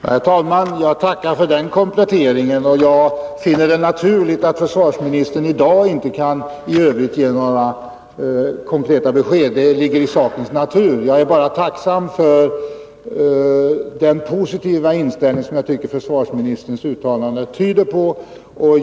Herr talman! Jag tackar för den kompletteringen, och jag finner det naturligt att försvarsministern i dag inte kan ge några konkreta besked i övrigt. Det ligger i sakens natur. Jag är bara tacksam för den positiva inställning som försvarsministerns uttalande tyder på.